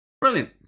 Brilliant